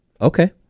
Okay